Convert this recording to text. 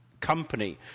company